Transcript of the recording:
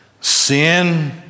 Sin